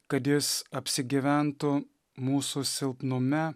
kad jis apsigyventų mūsų silpnume